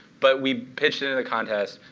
but we pitched it in a contest.